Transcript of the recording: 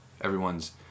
everyone's